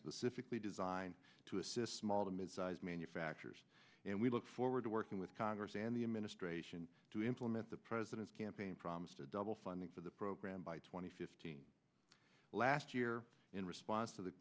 specifically designed to assist small to mid sized manufacturers and we look forward to working with congress and the administration to implement the president's campaign promise to double funding for the program by two thousand and fifteen last year in response to the